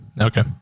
Okay